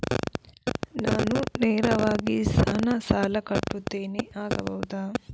ನಾನು ನೇರವಾಗಿ ಹಣ ಸಾಲ ಕಟ್ಟುತ್ತೇನೆ ಆಗಬಹುದ?